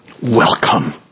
welcome